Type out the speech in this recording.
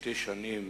שתי שנים